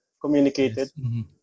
communicated